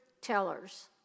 tellers